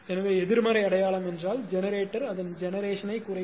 எனவே எதிர்மறை அடையாளம் என்றால் ஜெனரேட்டர் அதன் ஜெனெரேஷன்யைக் குறைக்கும்